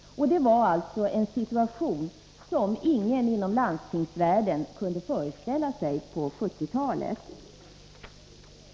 Det är en situation som ingen inom landstingsvärlden kunde föreställa sig på 1970-talet.